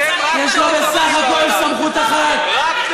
אתם, רק בושות עושים בעולם.